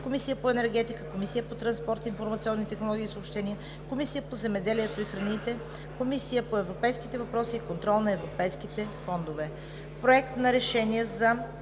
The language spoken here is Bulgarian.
Комисията по енергетика, Комисията по транспорт, информационни технологии и съобщения, Комисията по земеделието и храните, Комисията по европейските въпроси и контрол на европейските фондове.